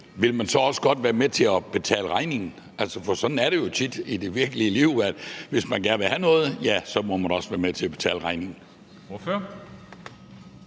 vil man så også godt være med til at betale regningen? For sådan er det jo tit i det virkelige liv, altså at hvis man gerne vil have noget, må man også være med til at betale regningen.